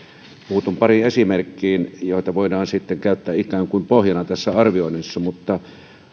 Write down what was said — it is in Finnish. puutun pariin esimerkkiin joita voidaan sitten käyttää ikään kuin pohjana tässä arvioinnissa